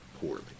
poorly